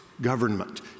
Government